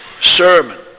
sermon